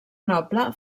noble